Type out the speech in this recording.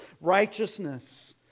Righteousness